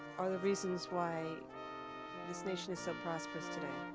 are the reasons why this nation is so prosperous today.